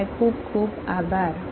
અને ખૂબ ખૂબ આભાર